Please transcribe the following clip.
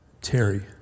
Terry